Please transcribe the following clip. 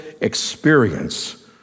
experience